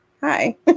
hi